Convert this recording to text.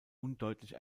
undeutlich